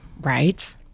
Right